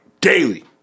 Daily